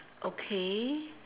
okay